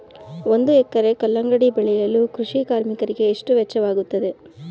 ಒಂದು ಎಕರೆ ಕಲ್ಲಂಗಡಿ ಬೆಳೆಯಲು ಕೃಷಿ ಕಾರ್ಮಿಕರಿಗೆ ಎಷ್ಟು ವೆಚ್ಚವಾಗುತ್ತದೆ?